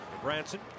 Branson